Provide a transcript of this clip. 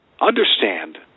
understand